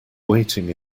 waiting